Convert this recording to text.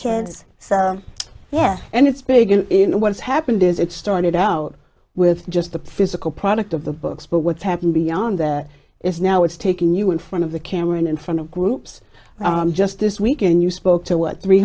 kids so yes and it's big in what's happened is it started out with just the physical product of the books but what's happened beyond that is now it's taking you in front of the camera and in front of groups just this weekend you spoke to were three